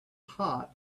hot